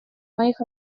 моих